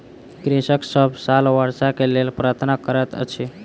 कृषक सभ साल वर्षा के लेल प्रार्थना करैत अछि